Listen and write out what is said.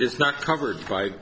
is not covered by